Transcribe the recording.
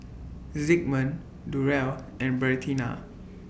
Zigmund Durell and Bertina